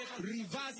reverse